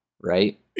right